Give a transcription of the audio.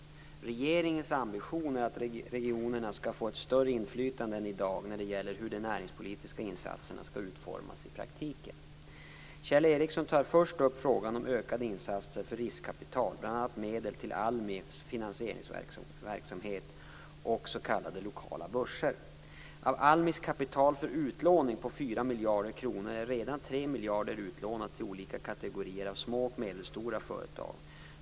Regeringens ambition är att regionerna skall få ett större inflytande än i dag när det gäller hur de näringspolitiska insatserna skall utformas i praktiken. Kjell Ericsson tar först upp frågan om ökade insatser för riskkapital, bl.a. medel till ALMI:s finansieringsverksamhet och s.k. lokala börser. Av ALMI:s kapital för utlåning på ca 4 miljarder kronor är redan ca 3 miljarder kronor utlånade till olika kategorier av små och medelstora företag.